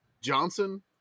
johnson